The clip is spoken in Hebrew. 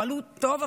פעלו טוב,